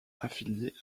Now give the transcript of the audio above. affiliée